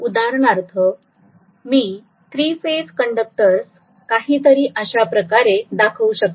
उदाहरणार्थ मी three phase conductors काहीतरी अशाप्रकारे दाखवू शकतो